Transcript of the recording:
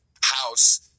house